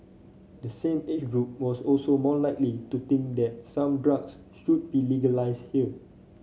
the same age group was also more likely to think that some drugs should be legalised here